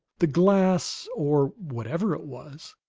the glass, or whatever it was,